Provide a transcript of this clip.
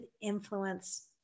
influence